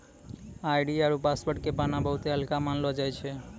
ID आरु password के पाना बहुते हल्का मानलौ जाय छै